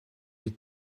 les